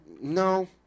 No